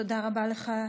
תודה רבה לך,